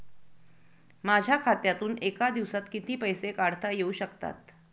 माझ्या खात्यातून एका दिवसात किती पैसे काढता येऊ शकतात?